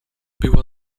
była